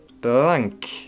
blank